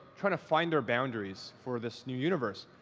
trying to find our boundaries for this new universe.